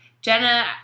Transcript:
Jenna